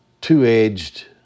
two-edged